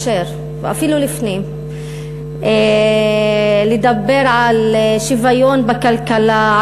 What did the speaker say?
אפילו לפני הדיבור על שוויון בכלכלה,